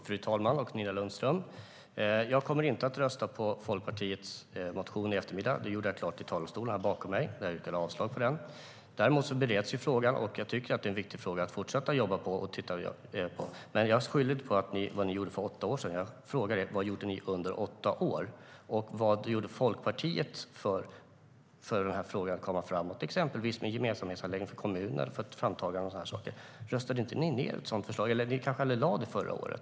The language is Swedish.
Fru talman! Jag kommer inte att rösta ja till Folkpartiets motion i eftermiddag, Nina Lundström. Det gjorde jag klart i talarstolen bakom mig när jag yrkade avslag på motionen. Däremot bereds frågan, och jag tycker att det är viktigt att fortsätta att jobba med den. Jag skyller inte på vad ni gjorde för åtta år sedan, utan jag frågade vad ni gjort under åtta år och vad Folkpartiet gjort för att frågan ska komma framåt, exempelvis genom gemensamhetsanläggningar för kommuner för framtagande och sådana saker. Röstade inte ni ned ett sådant förslag? Eller lade ni kanske aldrig fram något förra året?